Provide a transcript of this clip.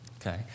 Okay